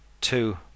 two